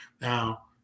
Now